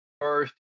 first